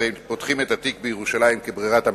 הרי פותחים את התיק בירושלים כברירת המחדל,